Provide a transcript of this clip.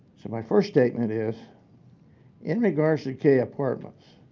so my first statement is in regards to kay apartments,